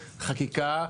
חקיקה,